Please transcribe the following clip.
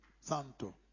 Santo